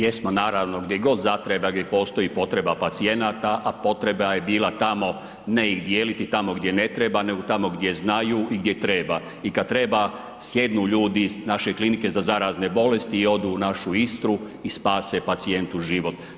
Jesmo naravno, di god zatreba, gdje postoji potreba pacijenata, a potreba je bila tamo ne ih dijeliti tamo gdje ne treba, nego tamo gdje znaju i gdje treba i kad treba sjednu ljudi iz naše klinike za zarazne bolesti i odu u našu Istru i spase pacijentu život.